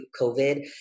COVID